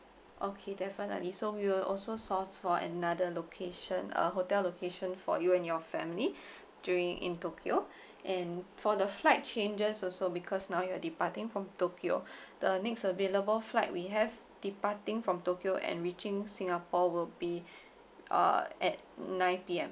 okay definitely so we will also source for another location a hotel location for you and your family during in tokyo and for the flight changes also because now you are departing from tokyo the next available flight we have departing from tokyo and reaching singapore will be uh at nine P_M